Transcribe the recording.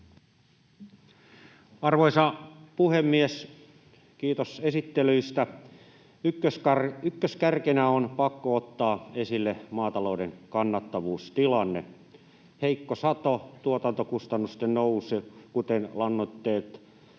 Arvoisa puhemies! Kiitos esittelyistä. Ykköskärkenä on pakko ottaa esille maatalouden kannattavuustilanne. Heikko sato ja tuotantokustannusten nousu, kuten lannoitteet,